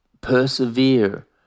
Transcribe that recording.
persevere